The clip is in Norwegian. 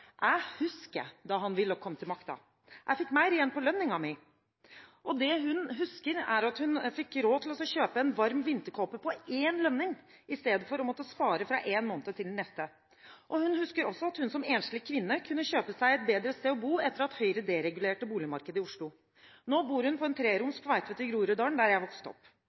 Jeg husker da Willoch kom til makten – jeg fikk mer igjen for lønningen. Det hun husker, er at hun fikk råd til å kjøpe en varm vinterkåpe på én lønning, i stedet for å måtte spare fra én måned til den neste. Hun husker også at hun som enslig kvinne, kunne kjøpe seg et bedre sted å bo etter at Høyre deregulerte boligmarkedet i Oslo. Nå bor hun i en treroms leilighet på Veitvet i Groruddalen, der jeg vokste opp. Siden hun er en nøysom kvinne, har